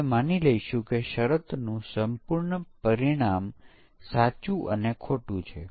આપણે એક દૃશ્ય કવરેજ કરીએ છીએ જે પ્રથમ વસ્તુ છે